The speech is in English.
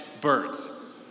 birds